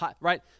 right